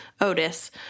otis